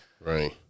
Right